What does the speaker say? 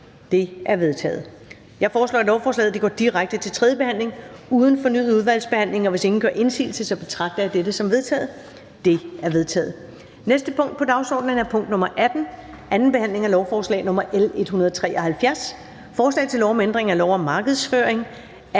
Det er vedtaget. Jeg foreslår, at lovforslaget går direkte til tredje behandling uden fornyet udvalgsbehandling. Hvis ingen gør indsigelse, betragter jeg dette som vedtaget. Det er vedtaget. --- Det næste punkt på dagsordenen er: 18) 2. behandling af lovforslag nr. L 173: Forslag til lov om ændring af lov om markedsføring.